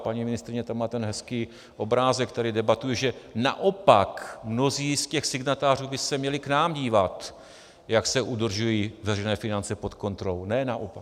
Paní ministryně, tam má ten hezký obrázek, který debatuji, že naopak mnozí z těch signatářů by se měli k nám dívat, jak se udržují veřejné finance pod kontrolou, ne naopak.